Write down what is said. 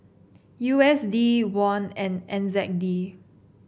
U S D Won and N Z D